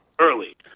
early